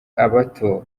abato